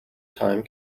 time